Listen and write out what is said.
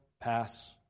pass